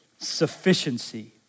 sufficiency